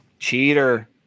Cheater